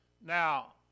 Now